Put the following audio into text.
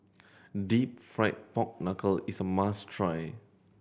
Deep Fried Pork Knuckle is a must try